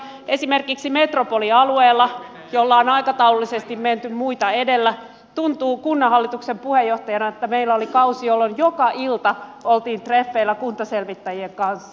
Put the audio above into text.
esimerkiksi metropolialueella jolla on aikataulullisesti menty muita edellä tuntuu kunnanhallituksen puheenjohtajana että meillä oli kausi jolloin joka ilta oltiin treffeillä kuntaselvittäjien kanssa